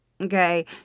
Okay